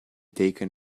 taken